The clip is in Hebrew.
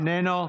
איננו,